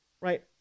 right